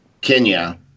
Kenya